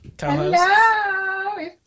Hello